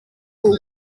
pool